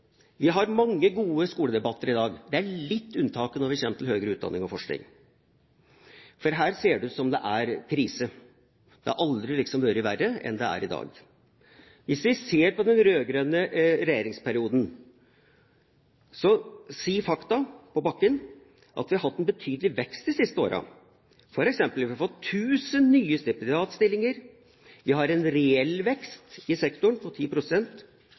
Vi har mange gode skoledebatter i dag. Det er et lite unntak når vi kommer til høyere utdanning og forskning, for her ser det ut som om det er krise, det har liksom aldri vært verre enn det er i dag. Hvis vi ser på den rød-grønne regjeringsperioden, sier fakta på bakken at vi har hatt en betydelig vekst de siste årene. For eksempel har vi fått 1 000 nye stipendiatstillinger, vi har en reell vekst i sektoren på